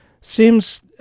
seems